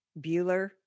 Bueller